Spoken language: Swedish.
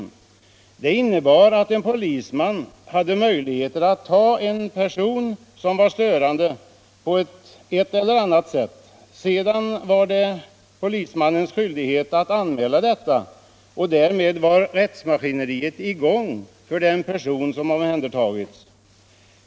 Det innebar alt en polisman hade möjligheter att ta hand om en person som var störande på ett eller annat sätt. Sedan var det polismannens skyldighet att anmäla detta, och därmed var rättsmaskineriet i gång för den person som omhändertagits.